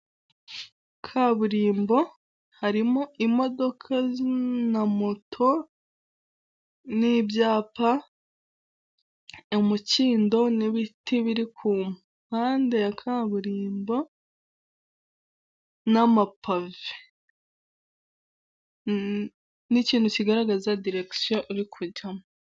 Kaburimbo harimo imodoka na moto n'ibyapa, umukindo n'ibiti biri ku mpande ya kaburimbo n'amapave n'ikintu kigaragaza diregisiyo uri kujyamo.